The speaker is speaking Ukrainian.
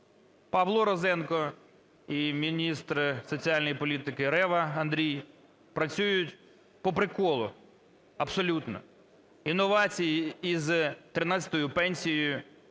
Павло Розенко і міністр соціальної політики Рева Андрій працюють "по приколу". Абсолютно! Інновації із тринадцятою